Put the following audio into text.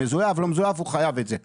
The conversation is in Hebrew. מזויף לא מזויף הוא חייב את זה אוקיי?